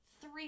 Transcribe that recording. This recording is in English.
three